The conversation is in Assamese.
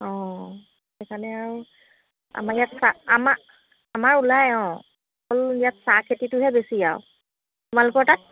অঁ সেইকাৰণে আৰু আমাৰ ইয়াত চাহ আমাৰ ওলায় অঁ ইয়াত অকল চাহখেতিটোহে বেছি আৰু তোমালোকৰ তাত